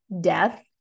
death